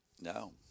No